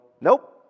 nope